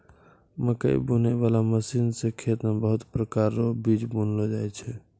मकैइ बुनै बाला मशीन से खेत मे बहुत प्रकार रो बीज बुनलो जाय छै